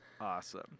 Awesome